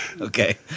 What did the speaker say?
Okay